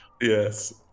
Yes